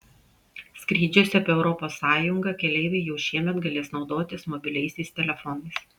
skrydžiuose po europos sąjungą keleiviai jau šiemet galės naudotis mobiliaisiais telefonais